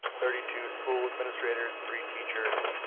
thirty two school administrators, three teachers,